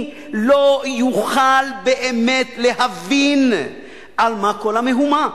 לא יוכל באמת להבין על מה כל המהומה,